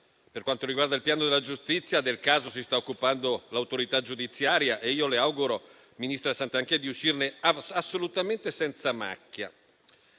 Per quanto riguarda il piano della giustizia, del caso si sta occupando l'autorità giudiziaria e io le auguro, ministra Santanchè, di uscirne assolutamente senza macchia.